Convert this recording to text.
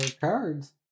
cards